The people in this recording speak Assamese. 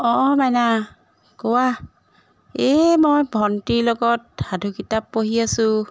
অঁ মাইনা কোৱা এই মই ভণ্টিৰ লগত সাধু কিতাপ পঢ়ি আছোঁ